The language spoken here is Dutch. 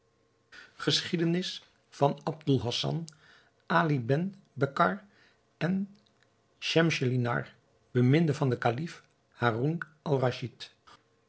geschiedenis van aboul hassan ali ebn becar en schemselnihar beminde van den kalif haroun-al-raschid